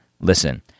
listen